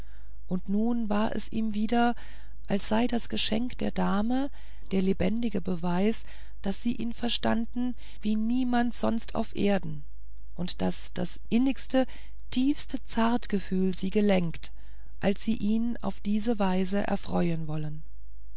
und nun war es ihm wieder als sei das geschenk der dame der lebendige beweis daß sie ihn verstanden wie niemand sonst auf erden und daß das innigste tiefste zartgefühl sie gelenkt als sie ihn auf diese weise erfreuen wollen